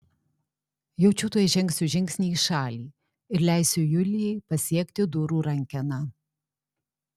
jaučiu tuoj žengsiu žingsnį į šalį ir leisiu julijai pasiekti durų rankeną